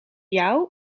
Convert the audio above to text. jou